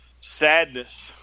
sadness